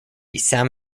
san